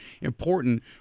important